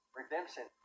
redemption